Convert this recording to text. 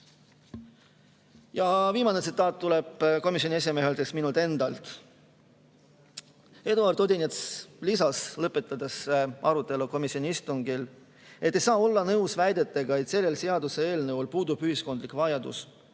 Viimane tsitaat tuleb komisjoni esimehelt ehk minult endalt. Eduard Odinets lisas, lõpetades arutelu komisjoni istungil, et ei saa olla nõus väidetega, et selle seaduseelnõu järele puudub ühiskonnas vajadus,